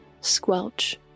Squelch